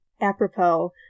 apropos